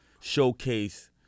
showcase